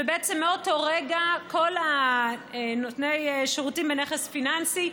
ובעצם מאותו הרגע כל נותני השירותים בנכס פיננסי,